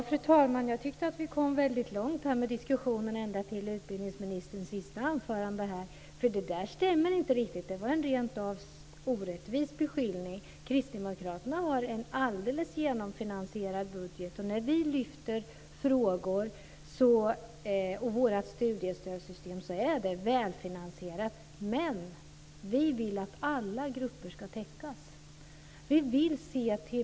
Fru talman! Jag tyckte att vi kom långt med diskussionen ända till utbildningsministerns senaste anförande. Det var en rent av orättvis beskyllning. Kristdemokraterna har en alldeles genomfinansierad budget. När vi lyfter fram frågor om studiestödssystemet är det väl finansierat. Men, vi vill att alla grupper ska täckas in.